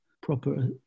proper